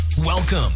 Welcome